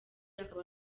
akaba